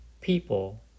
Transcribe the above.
people